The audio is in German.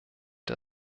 der